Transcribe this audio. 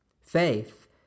Faith